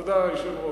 תודה, היושב-ראש.